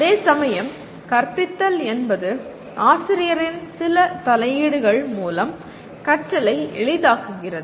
அதேசமயம் கற்பித்தல் என்பது ஆசிரியரின் சில தலையீடுகள் மூலம் கற்றலை எளிதாக்குகிறது